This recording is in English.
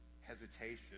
hesitation